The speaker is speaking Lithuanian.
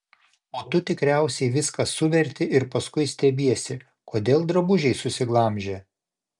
o tu tikriausiai viską suverti ir paskui stebiesi kodėl drabužiai susiglamžę